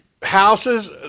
Houses